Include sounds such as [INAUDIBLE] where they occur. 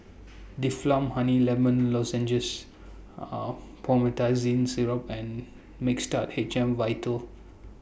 [NOISE] Difflam Honey Lemon Lozenges [HESITATION] Promethazine Syrup and Mixtard H M Vital